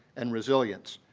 and resilience.